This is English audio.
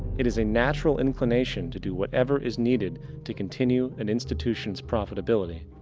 it is a natural inclination to do whatever is needed to continue an institutions profitability.